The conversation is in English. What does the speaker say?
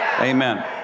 Amen